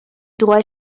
droit